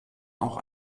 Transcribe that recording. auch